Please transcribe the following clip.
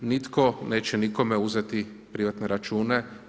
Nitko neće nikome uzeti privatne račune.